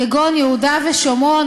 כגון יהודה ושומרון,